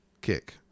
kick